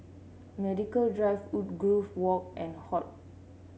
Medical Drive Woodgrove Walk and HortPark